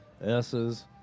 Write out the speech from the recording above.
S's